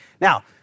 Now